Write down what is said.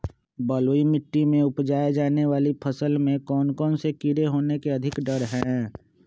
बलुई मिट्टी में उपजाय जाने वाली फसल में कौन कौन से कीड़े होने के अधिक डर हैं?